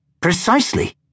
Precisely